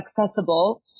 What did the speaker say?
accessible